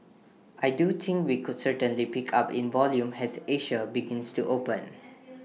I do think we could certainly pick up in volume has Asia begins to open